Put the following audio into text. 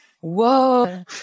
whoa